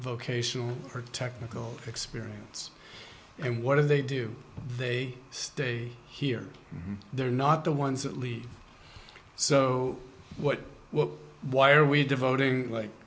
vocational or technical experience and what do they do they stay here they're not the ones that lead so what well why are we devoting like